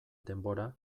denbora